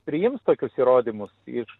priims tokius įrodymus iš